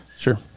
Sure